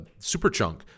Superchunk